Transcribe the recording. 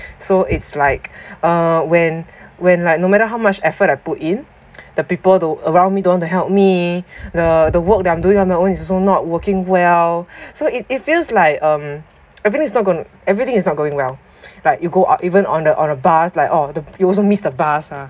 so it's like uh when when like no matter how much effort I put in the people around me don't want to help me the the work I'm doing on my own is also not working well so it it feels like um everything is not gonna everything is not going well but you go or even on the on a bus like orh you also miss the bus ah